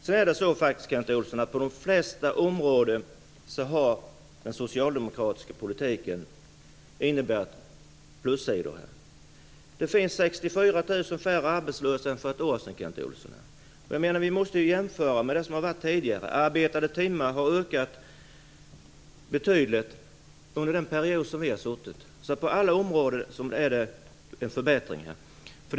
Sedan är det faktiskt så, Kent Olsson, att den socialdemokratiska politiken på de flesta områden har inneburit förbättringar. Det är 64 000 färre arbetslösa än för ett år sedan. Vi måste ju jämföra med hur det har varit tidigare. Arbetade timmar har ökat betydligt under den period som Socialdemokraterna har suttit i regeringen. På alla områden har det skett förbättringar.